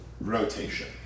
rotation